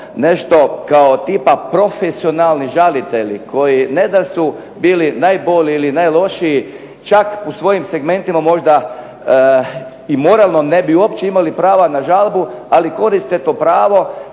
nešto kao tipa profesionalni žalitelji koji ne da su bili najbolji ili najlošiji, čak u svojim segmentima možda i moralno ne bi uopće imali prava na žalbu ali koriste to pravo,